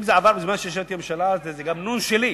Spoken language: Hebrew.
אם זה עבר בזמן שישבתי בממשלה אז זה גם "נון" שלי.